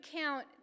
count